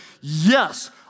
yes